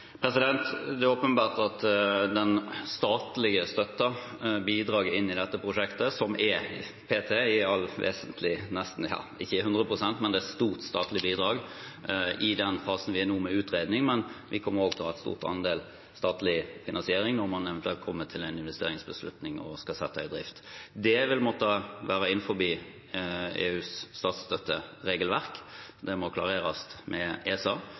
ESA-godkjenning? Det er åpenbart at den statlige støtten, bidraget i dette prosjektet, p.t. i all vesentlighet er – om ikke hundre prosent – et stort statlig bidrag i den fasen vi er i nå med utredning. Men vi kommer også til å ha en stor andel statlig finansiering når man eventuelt kommer til en investeringsbeslutning og skal sette i drift. Det vil måtte være innenfor EUs statsstøtteregelverk, det må klareres med ESA,